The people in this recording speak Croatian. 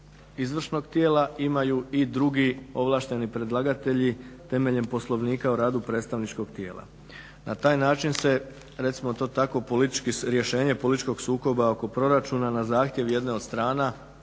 izvršnog tijela imaju i drugi ovlašteni predlagatelji temeljem Poslovnika o radu predstavničkog tijela. Na taj način se recimo to tako politički rješenje političkog sukoba oko proračuna na zahtjev jedne od strana